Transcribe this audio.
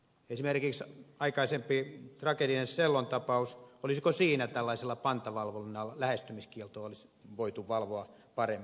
esimerkiksi aikaisempi traaginen sellon tapaus olisiko siinä tällaisella pantavalvonnalla lähestymiskieltoa voitu valvoa paremmin